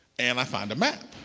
and i find a map.